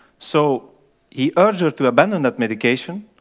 so he urged her to abandon that medication,